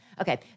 Okay